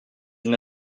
une